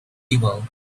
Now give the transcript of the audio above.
evil